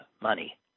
money